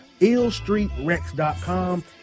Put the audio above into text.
IllStreetRex.com